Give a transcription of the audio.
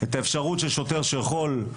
את האפשרות של שוטר שיכול,